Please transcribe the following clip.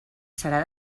serà